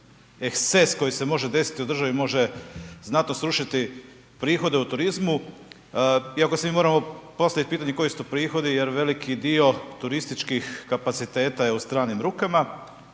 eksces koji se može desiti u državi može znatno srušiti prihode u turizmu iako si mi moramo postaviti pitanje koji su to prihodi jer veliki dio turističkih kapaciteta je u stranim rukama